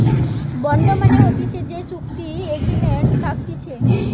bond মানে হতিছে যে চুক্তি এগ্রিমেন্ট থাকতিছে